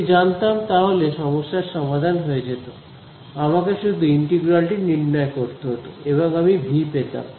যদি জানতাম তাহলে সমস্যার সমাধান হয়ে যেত আমাকে শুধু ইন্টিগ্রাল টি নির্ণয় করতে হতো এবং আমি ভি পেতাম